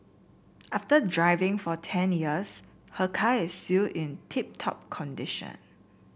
after driving for ten years her car is still in tip top condition